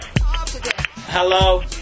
Hello